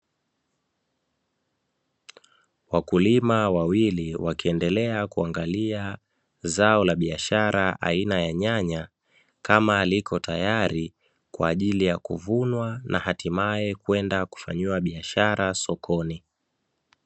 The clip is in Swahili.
Wakulima wawili wakiendelea kuangalia zao la biashara aina ya nyanya, kama liko tayari kwa ajili ya kuvunwa na hatimaye kwenda kufanyiwa biashara sokoni.